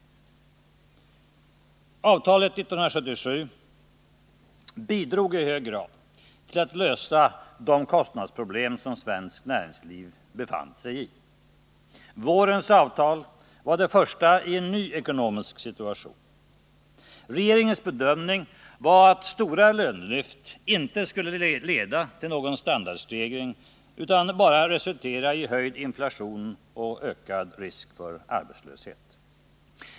Avtalet 1977 bidrog i hög grad till att lösa de kostnadsproblem som svenskt näringsliv befann sig i. Vårens avtal var det första i en ny ekonomisk situation. Regeringens bedömning var att stora lönelyft inte skulle leda till någon standardstegring utan bara resultera i höjd inflation och ökad risk för arbetslöshet.